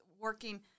working